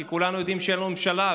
כי כולנו יודעים שאין לו ממשלה.